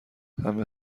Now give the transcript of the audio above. همه